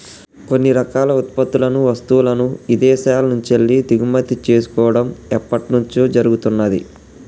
కొన్ని రకాల ఉత్పత్తులను, వస్తువులను ఇదేశాల నుంచెల్లి దిగుమతి చేసుకోడం ఎప్పట్నుంచో జరుగుతున్నాది